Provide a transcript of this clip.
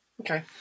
Okay